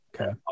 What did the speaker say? Okay